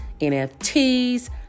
NFTs